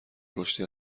رشدی